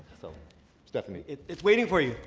so stephanie? it's waiting for you.